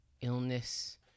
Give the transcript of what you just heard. illness